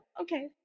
Okay